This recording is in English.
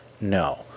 no